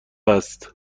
است